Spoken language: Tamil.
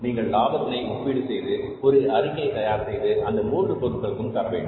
நீங்கள் லாபத்தினை ஒப்பீடு செய்து ஒரு அறிக்கை செய்து அந்த மூன்று பொருட்களுக்கும் தரவேண்டும்